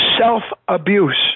self-abuse